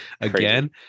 again